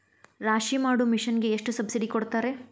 ರಾಶಿ ಮಾಡು ಮಿಷನ್ ಗೆ ಎಷ್ಟು ಸಬ್ಸಿಡಿ ಕೊಡ್ತಾರೆ?